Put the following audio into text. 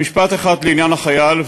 במשפט אחד לעניין החייל,